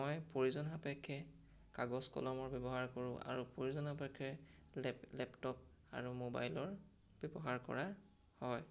মই প্ৰয়োজন সাপেক্ষে কাগজ কলমৰ ব্যৱহাৰ কৰোঁ আৰু প্ৰয়োজন সাপেক্ষে লে লেপটপ আৰু মোবাইলৰ ব্যৱহাৰ কৰা হয়